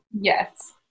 Yes